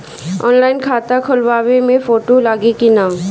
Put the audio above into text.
Online खाता खोलबाबे मे फोटो लागि कि ना?